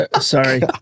Sorry